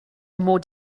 mod